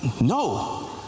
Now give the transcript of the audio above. No